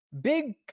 Big